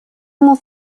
ему